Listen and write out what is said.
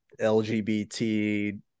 LGBT